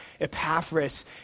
Epaphras